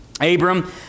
Abram